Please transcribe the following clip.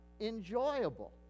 enjoyable